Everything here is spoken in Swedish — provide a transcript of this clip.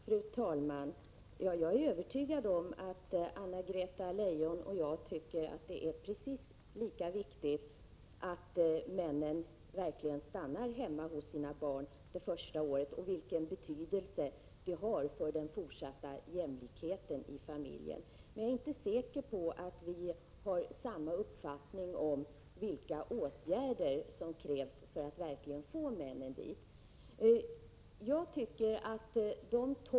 Fru talman! Jag är övertygad om att Anna-Greta Leijon liksom jag tycker att det är viktigt att männen stannar hemma hos sina barn det första året och att det har betydelse för den fortsatta jämlikheten i familjen. Jag är emellertid inte säker på att vi har samma uppfattning om vilka åtgärder som krävs för att få männen dithän.